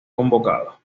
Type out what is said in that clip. convocado